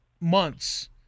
months